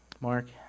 Mark